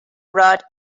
rudd